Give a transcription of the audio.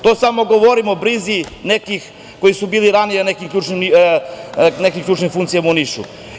To samo govorimo o brizi nekih koji su bili ranije na nekim ključnim funkcijama u Niša.